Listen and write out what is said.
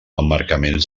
emmarcaments